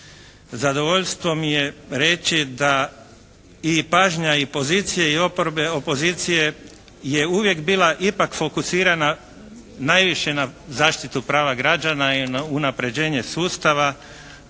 zadovoljstvo mi je reći da i pažnja i pozicija i oporbe, opozicije, je uvijek je bila ipak fokusirana najviše na zaštiti pravu građana i unapređenje sustava,